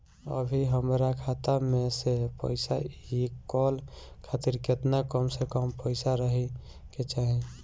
अभीहमरा खाता मे से पैसा इ कॉल खातिर केतना कम से कम पैसा रहे के चाही?